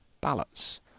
ballots